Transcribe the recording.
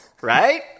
Right